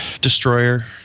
Destroyer